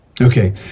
Okay